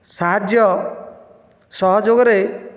ସାହାଯ୍ୟ ସହଯୋଗରେ